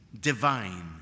divine